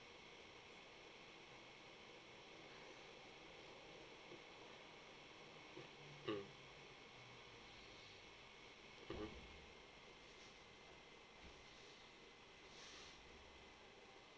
mm mmhmm